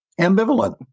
ambivalent